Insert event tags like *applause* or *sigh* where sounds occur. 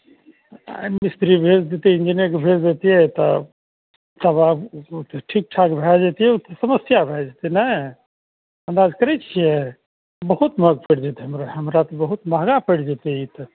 मिस्त्री भेज देतियइ इंजनेके भेज देतियइ तऽ तवा *unintelligible* ठीक ठाक भए जेतियइ ओेते समस्या भए जेतय नहि अन्दाज करय छियै बहुत महग पड़ि जेतय हमरा हमरा तऽ ई बहुत महँगा पड़ि जेतय